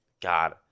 god